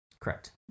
Correct